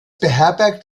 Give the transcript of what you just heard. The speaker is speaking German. beherbergt